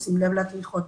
ושימי לב לתמיכות,